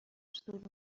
زود